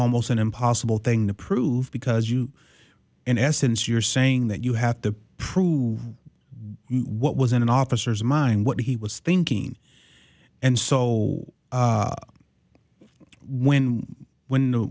almost an impossible thing to prove because you in essence you're saying that you have to prove what was in an officer's mind what he was thinking and so when when